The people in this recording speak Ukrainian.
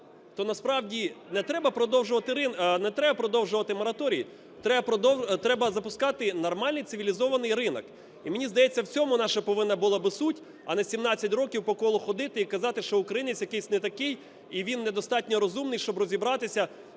то насправді не треба продовжувати мораторій, треба запускати нормальний цивілізований ринок. І, мені знається, в цьому наша повинна була би суть, а не 17 років по колу ходити і казати, що українець якийсь не такий, і він недостатньо розумний, щоб розібратися,